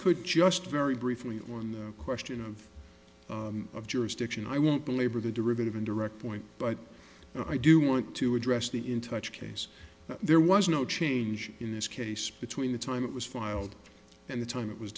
could just very briefly or in the question of jurisdiction i won't belabor the derivative in direct point but i do want to address the in touch case there was no change in this case between the time it was filed and the time it was